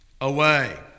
away